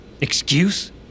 Excuse